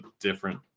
different